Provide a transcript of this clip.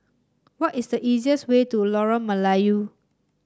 what is the easiest way to Lorong Melayu